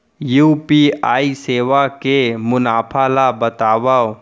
UPI सेवा के मुनाफा ल बतावव?